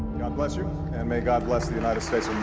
god bless you, and may god bless the united states